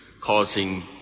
causing